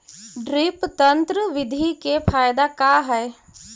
Drip तन्त्र बिधि के फायदा का है?